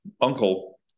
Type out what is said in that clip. uncle